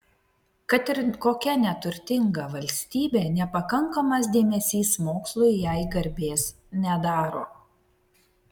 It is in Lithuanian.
kad ir kokia neturtinga valstybė nepakankamas dėmesys mokslui jai garbės nedaro